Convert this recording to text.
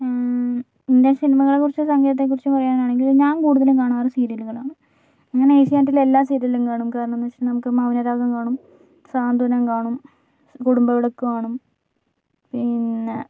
Indian സിനിമകളെക്കുറിച്ചും സംഗീതത്തെക്കുറിച്ചും പറയാനാണെങ്കിൽ ഞാൻ കൂടുതലും കാണാറ് സീരിയലുകളാണ് അങ്ങനെ ഏഷ്യാനെറ്റിലെ എല്ലാ സീരിയലും കാണും കാരണെന്തെന്നുവച്ചിട്ടുണ്ടെന്നാൽ നമുക്ക് മൗനരാഗം കാണും സാന്ത്വനം കാണും കുടുംബവിളക്ക് കാണും പിന്നെ